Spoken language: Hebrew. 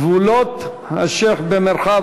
גבולות השיח במרחב